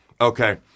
okay